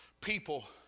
people